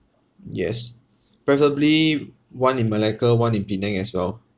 yes preferably one in malacca one in penang as well